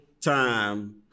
time